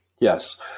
Yes